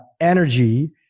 energy